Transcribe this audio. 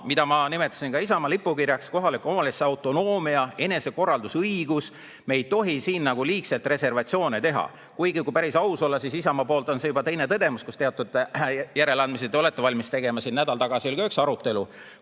mida ma nimetasin ka Isamaa lipukirjaks – kohaliku omavalitsuse autonoomias, enesekorraldusõiguses. Me ei tohi selles liigselt reservatsioone teha, aga kui päris aus olla, siis Isamaa poolt on see juba teine teema, kus te teatud järeleandmisi olete valmis tegema. Nädal tagasi oli ka üks arutelu,